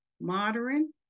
modern